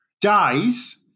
dies